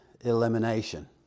elimination